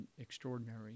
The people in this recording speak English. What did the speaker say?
extraordinary